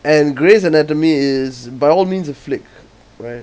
and grey's anatomy is by all means a flick right